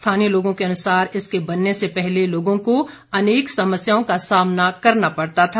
स्थानीय लोगों के अनुसार इसके बनने से पहले लोगों को अनेक समस्याओं का सामना करना पड़ता था